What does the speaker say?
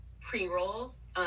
pre-rolls